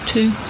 Two